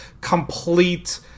complete